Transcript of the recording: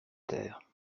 terre